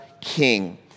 king